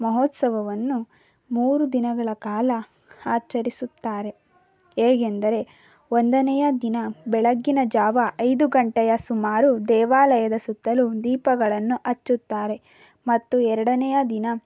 ಮಹೋತ್ಸವವನ್ನು ಮೂರು ದಿನಗಳ ಕಾಲ ಆಚರಿಸುತ್ತಾರೆ ಹೇಗೆಂದರೆ ಒಂದನೆಯ ದಿನ ಬೆಳಗ್ಗಿನ ಜಾವ ಐದು ಗಂಟೆಯ ಸುಮಾರು ದೇವಾಲಯದ ಸುತ್ತಲೂ ದೀಪಗಳನ್ನು ಹಚ್ಚುತ್ತಾರೆ ಮತ್ತು ಎರಡನೆಯ ದಿನ